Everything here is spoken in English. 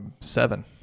seven